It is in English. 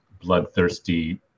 bloodthirsty